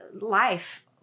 life